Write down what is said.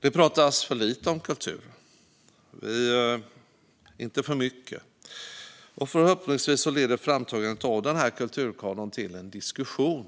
Det talas för lite om kultur, inte för mycket. Förhoppningsvis leder framtagandet av kulturkanon till en diskussion.